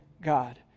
God